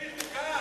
בלי חוק?